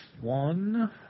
one